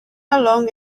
along